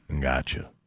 Gotcha